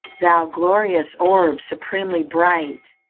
thou glorious orb, supremely bright,